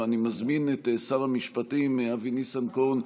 אני מזמין את שר המשפטים אבי ניסנקורן,